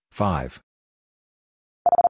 five